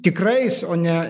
tikrais o ne